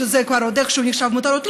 שזה כבר עוד איכשהו נחשב מותרות.